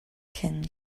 can